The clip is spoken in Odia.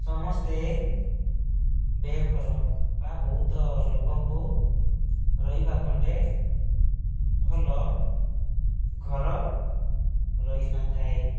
ସମସ୍ତେ ବେଘର ବା ବହୁତ ଲୋକଙ୍କୁ ରହିବା ଖଣ୍ଡେ ଭଲ ଘର ରହିନଥାଏ